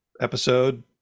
episode